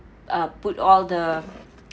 uh put all the